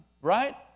Right